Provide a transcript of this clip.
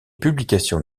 publications